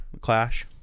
Clash